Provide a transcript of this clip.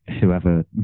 whoever